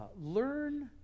learn